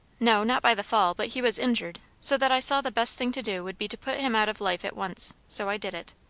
no not by the fall. but he was injured so that i saw the best thing to do would be to put him out of life at once so i did it.